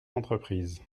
entreprises